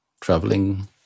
traveling